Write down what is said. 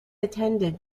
attended